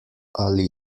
ali